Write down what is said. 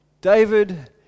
David